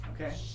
Okay